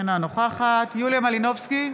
אינה נוכחת יוליה מלינובסקי,